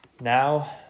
Now